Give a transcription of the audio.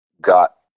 got